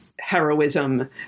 heroism